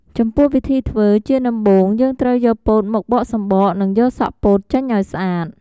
ចំពោះវិធីធ្វើ ជាដំបូងយើងត្រូវយកពោតមកបកសំបក និងយកសក់ពោតចេញឱ្យស្អាត។